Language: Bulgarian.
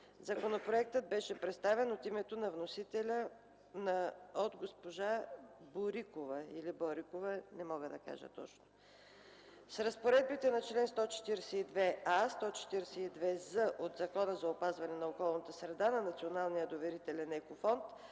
Законопроектът беше представен от името на вносителя от госпожа Борикова. С разпоредбите на чл. 142а-142з от Закона за опазване на околната среда на Националния доверителен Еко Фонд